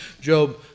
Job